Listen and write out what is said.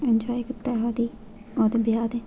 enjoy कीता ओह्दे ब्याह् ते